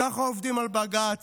ככה עובדים על בג"ץ.